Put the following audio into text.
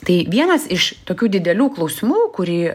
tai vienas iš tokių didelių klausimų kurį